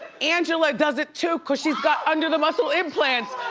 angela does it too cause she's got under the muscle implants.